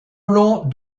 long